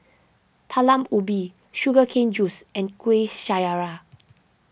Talam Ubi Sugar Cane Juice and Kuih Syara